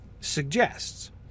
suggests